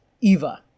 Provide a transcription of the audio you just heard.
Eva